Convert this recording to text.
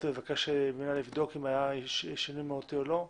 ולבקש ממנו לבדוק אם היה שינוי מהותי או לא?